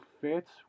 fits